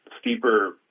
steeper